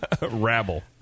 rabble